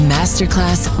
Masterclass